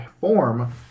form